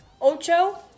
ocho